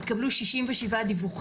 התקבלו 67 דיווחים,